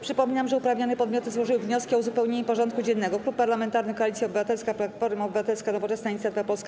Przypominam, że uprawnione podmioty złożyły wnioski o uzupełnienie porządku dziennego: - Klub Parlamentarny Koalicja Obywatelska - Platforma Obywatelska, Nowoczesna, Inicjatywa Polska,